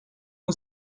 who